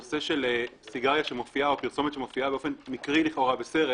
הנושא של פרסומת שמופיעה באופן מקרי לכאורה בסרט